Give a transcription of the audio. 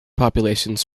populations